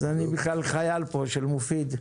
אז אני בכלל חייל פה של מופיד.